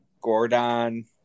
Gordon